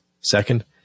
second